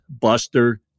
Buster